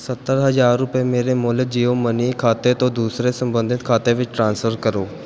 ਸੱਤਰ ਹਜ਼ਾਰ ਰੁਪਏ ਮੇਰੇ ਮੂਲ ਜੀਓ ਮਨੀ ਖਾਤੇ ਤੋਂ ਦੂਸਰੇ ਸੰਬੰਧਿਤ ਖਾਤੇ ਵਿੱਚ ਟ੍ਰਾਂਸਫਰ ਕਰੋ